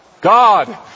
God